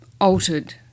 altered